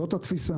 זאת התפיסה